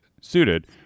suited